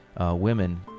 women